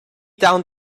down